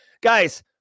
Guys